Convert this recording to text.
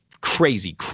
crazy